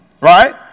Right